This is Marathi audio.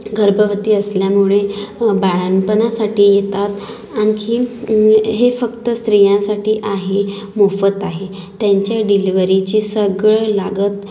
गर्भवती असल्यामुळे बाळंतपणासाठी येतात आणखीन हे फक्त स्त्रियांसाठी आहे मोफत आहे त्यांचे डिलिव्हरीचे सगळं लागत